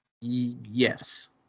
Yes